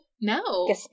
no